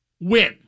win